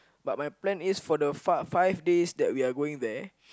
but my plan is for the five five days that we are going there